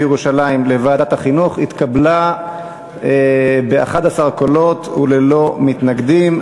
בירושלים לוועדת החינוך התקבלה ב-11 קולות וללא מתנגדים.